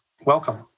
Welcome